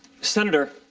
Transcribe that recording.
senator,